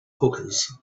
hookahs